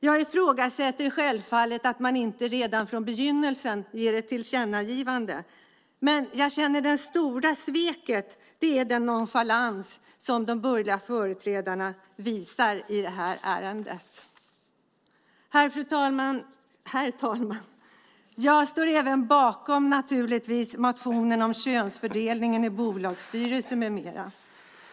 Jag ifrågasätter självfallet att man inte redan från begynnelsen ger ett tillkännagivande, men det stora sveket är den nonchalans som de borgerliga företrädarna visar i det här ärendet. Herr talman! Jag står även bakom motionen om könsfördelningen i bolagsstyrelser med mera.